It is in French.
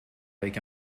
avec